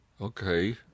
Okay